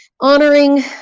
honoring